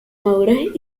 madurez